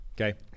Okay